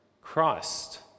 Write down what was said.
Christ